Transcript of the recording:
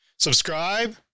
subscribe